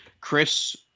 Chris